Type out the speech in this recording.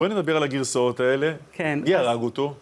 בואי נדבר על הגרסאות האלה, כן, מי הרג אותו?